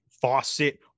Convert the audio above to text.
faucet